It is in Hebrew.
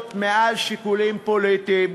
אדוני היושב-ראש, תודה רבה, עמיתי השרים,